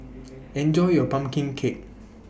Enjoy your Pumpkin Cake